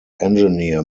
engineer